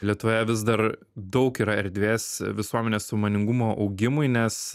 lietuvoje vis dar daug yra erdvės visuomenės sąmoningumo augimui nes